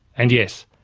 and yes,